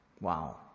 Wow